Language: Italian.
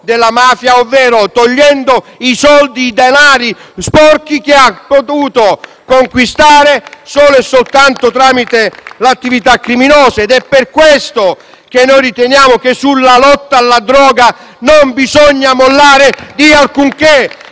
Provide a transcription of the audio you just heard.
la mafia stessa, sottraendole i denari sporchi che ha potuto conquistare solo e soltanto tramite attività criminose. È per questo che riteniamo che sulla lotta alla droga non bisogna mollare di alcunché,